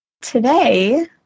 today